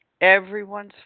everyone's